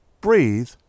Breathe